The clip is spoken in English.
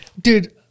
Dude